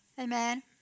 Amen